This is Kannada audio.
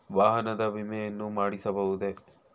ವಾಹನದ ವಿಮೆಯನ್ನು ಮಾಡಿಸಬಹುದೇ?